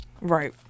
Right